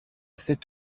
sept